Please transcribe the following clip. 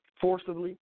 forcibly